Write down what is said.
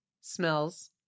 smells